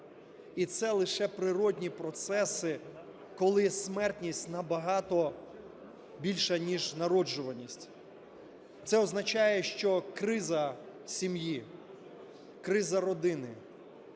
і це лише природні процеси, коли смертність набагато більша ніж народжуваність. Це означає, що криза сім'ї, криза родини,